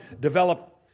develop